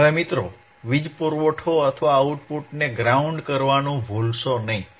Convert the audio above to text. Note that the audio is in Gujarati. હવે મિત્રો વીજ પુરવઠો અથવા આઉટપુટને ગ્રાઉન્ડ કરવાનું ભૂલશો નહીં